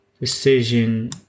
decision